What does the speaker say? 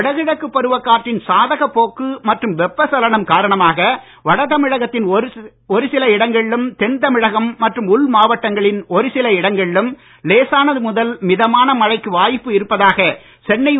வடகிழக்கு பருவக் காற்றின் சாதகப் போக்கு மற்றும் வெப்பச் சலனம் காரணமாக வட தமிழகத்தின் ஓரிரு இடங்களிலும் தென் தமிழகம் மற்றும் உள் மாவட்டங்களின் ஒருசில இடங்களிலும் லேசானது முதல் மிதமான மழைக்கு வாய்ப்பு இருப்பதாக சென்னை வானிலை ஆய்வு மையம் தெரிவித்துள்ளது